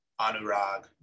anurag